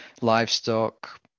livestock